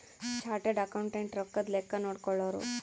chartered accountant ರೊಕ್ಕದ್ ಲೆಕ್ಕ ನೋಡ್ಕೊಳೋರು